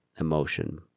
emotion